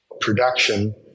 production